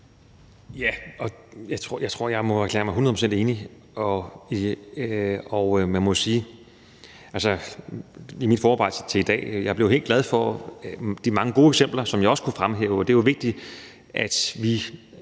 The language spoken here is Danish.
Jeg tror, jeg må erklære mig 100 pct. enig. Altså, i mit forarbejde til i dag blev jeg helt glad for de mange gode eksempler, som jeg også kunne fremhæve, og det er jo vigtigt, at vi